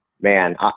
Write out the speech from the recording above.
man